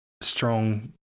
strong